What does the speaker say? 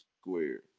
Square